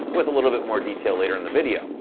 with a little bit more detail later in the video.